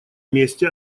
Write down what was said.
месте